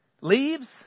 Leaves